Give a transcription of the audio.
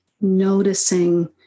noticing